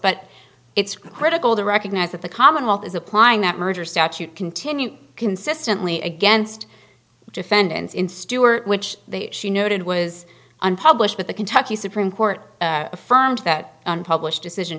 but it's critical to recognize that the commonwealth is applying that murder statute continue consistently against defendants in stuart which she noted was unpublished but the kentucky supreme court affirmed that unpublished decision